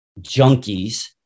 junkies